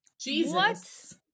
Jesus